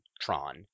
tron